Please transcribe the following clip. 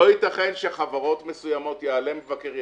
לא ייתכן שחברות מסוימות יעלה מבקר,